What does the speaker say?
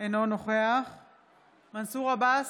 אינו נוכח מנסור עבאס,